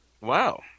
Wow